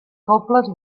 cobles